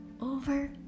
over